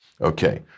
okay